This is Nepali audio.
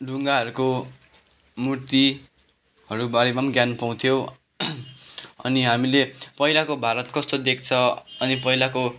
ढुङ्गाहरूको मूर्तिहरू बारेमा पनि ज्ञान पाउँथ्यो अनि हामीले पहिलाको भारत कस्तो देख्छ अनि पहिलाको